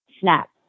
Snap